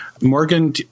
Morgan